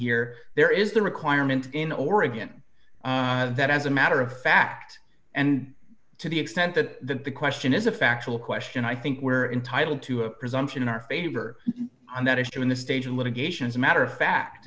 here there is the requirement in oregon that as a matter of fact and to the extent that the question is a factual question i think we were entitled to a presumption in our favor on that issue in this stage litigations matter of fact